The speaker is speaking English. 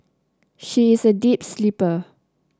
she is a deep sleeper